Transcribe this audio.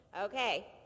Okay